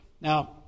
Now